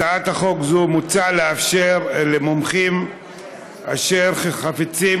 בהצעת חוק זו מוצע לאפשר למומחים אשר חפצים